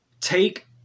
take